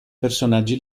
personaggi